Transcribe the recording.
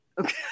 Okay